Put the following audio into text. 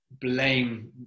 blame